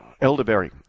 Elderberry